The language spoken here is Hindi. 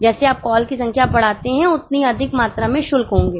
जैसे आप कॉल की संख्या बढ़ाते हैं उतनी अधिक मात्रा में शुल्क होंगे